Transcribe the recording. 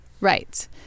Right